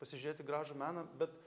pasižiūrėti gražų meną bet